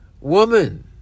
Woman